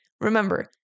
Remember